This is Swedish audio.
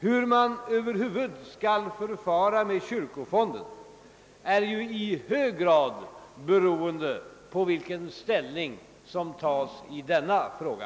Hur man över huvud skall förfara med kyrkofonden är ju i hög grad beroende på vilken ställning som tas i denna fråga.